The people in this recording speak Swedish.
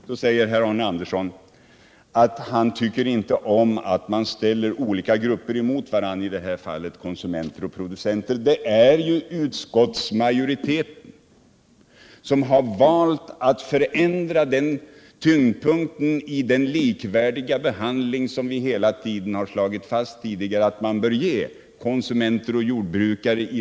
Så sade herr Arne Andersson att han inte tycker om att man ställer olika grupper mot varandra, i det här fallet producenter mot konsumenter. Men det är ju utskottsmajoriteten som har valt att förskjuta tyngdpunkten i den likvärdiga behandling som vi tidigare i de här diskussionerna hela tiden har slagit fast att man bör ge konsumenter och jordbrukare.